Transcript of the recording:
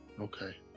okay